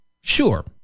sure